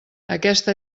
aquesta